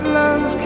love